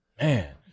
man